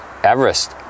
Everest